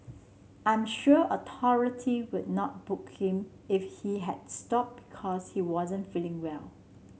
I am sure authority would not book him if he had stop because he wasn't feeling well